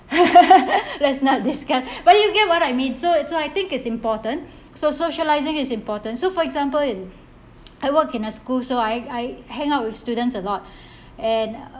let's not discuss but you get what I mean so so I think it's important so socialising is important so for example in I work in a school so I I hang out with students a lot and